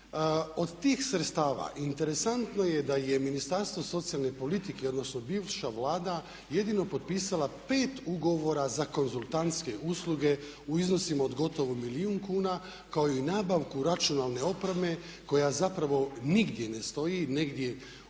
Od tih sredstava interesantno je da je Ministarstvo socijalne politike odnosno bivša Vlada jedino potpisala 5 ugovora za konzultantske usluge u iznosima od gotovo milijun kuna kao i nabavku računalne opreme koja zapravo nigdje ne stoji, negdje u